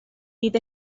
bydd